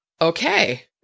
okay